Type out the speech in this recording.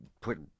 put